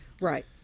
right